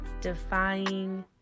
defying